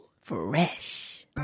Fresh